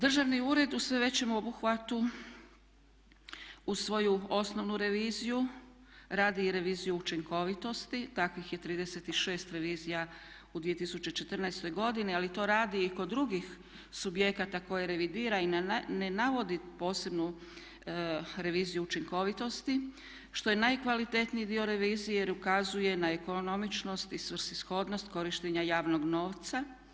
Državni ured u sve većem obuhvatu uz svoju osnovnu reviziju radi i reviziju učinkovitosti, takvih je 36 revizija u 2014. godini ali to radi i kod drugih subjekata koje revidira i ne navodi posebnu reviziju učinkovitosti što je najkvalitetniji dio revizije jer ukazuje na ekonomičnost i svrsishodnost korištenja javnog novca.